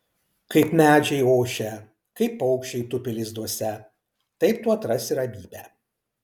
kaip medžiai ošia kaip paukščiai tupi lizduose taip tu atrasi ramybę